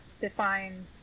defines